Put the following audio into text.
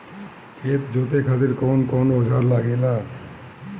खेत जोते खातीर कउन कउन औजार लागेला?